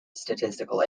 statistical